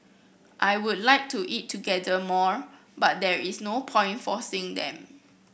I would like to eat together more but there is no point forcing them